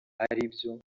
aribyo